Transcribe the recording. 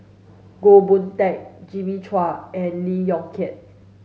Goh Boon Teck Jimmy Chua and Lee Yong Kiat